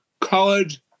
college